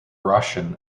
russian